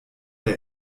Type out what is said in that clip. der